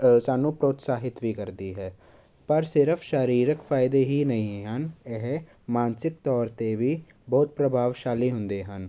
ਸਾਨੂੰ ਪ੍ਰੋਤਸ਼ਾਹਿਤ ਵੀ ਕਰਦੀ ਹੈ ਪਰ ਸਿਰਫ ਸਰੀਰਕ ਫਾਇਦੇ ਹੀ ਨਹੀਂ ਹਨ ਇਹ ਮਾਨਸਿਕ ਤੌਰ 'ਤੇ ਵੀ ਬਹੁਤ ਪ੍ਰਭਾਵਸ਼ਾਲੀ ਹੁੰਦੇ ਹਨ